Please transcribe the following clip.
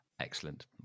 Excellent